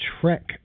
Trek